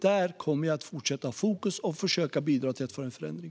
Jag kommer att fortsätta att ha fokus där och försöka att bidra till en förändring.